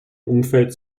umfeld